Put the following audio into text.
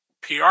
PR